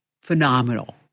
phenomenal